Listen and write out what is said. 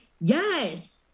Yes